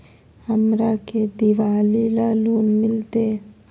हमरा के दिवाली ला लोन मिलते?